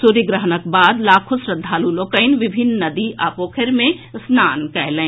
सूर्य ग्रहणक बाद लाखो श्रद्धालु लोकनि विभिन्न नदी आ पोखरि मे स्नान कयलनि